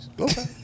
Okay